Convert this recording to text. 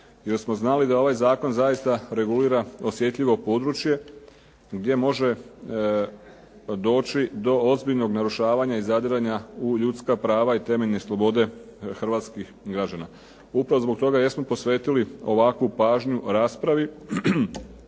jer smo znali da ovaj zakon zaista regulira osjetljivo područje gdje može doći do ozbiljnog narušavanja i zadiranja u ljudska prava i temeljne slobode hrvatskih građana. Upravo zbog toga jesmo posvetili ovakvu pažnju raspravi.